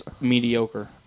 mediocre